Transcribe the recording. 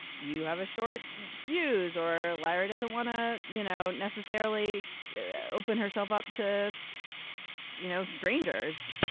you have a short fuse or larry doesn't want to you know necessarily open herself up to you know strangers.